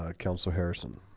ah council harrison